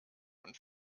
und